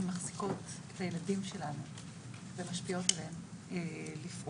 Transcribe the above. מחזיקות את הילדים שלנו ומשפיעות עלינו לפעול.